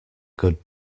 good